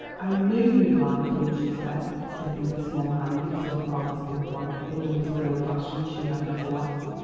i knew you'd like him, she said, slipping her small hand into her father's big one, in the little girl fashion she had never lost.